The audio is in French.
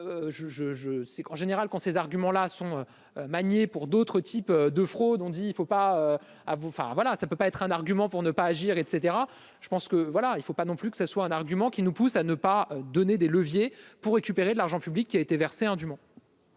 général quand ces arguments là sont manier pour d'autres types de fraudes ont dit il ne faut pas à vous, enfin voilà ça peut pas être un argument pour ne pas agir, et cetera, je pense que voilà, il ne faut pas non plus que ce soit un argument qui nous pousse à ne pas donner des leviers pour récupérer de l'argent public qui a été versé indûment